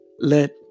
Let